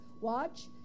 watch